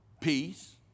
peace